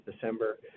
december